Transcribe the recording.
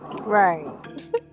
Right